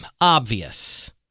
obvious